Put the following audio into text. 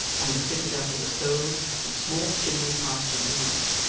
and was fitted up with a stove whose small chimney passed through the roof.